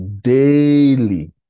daily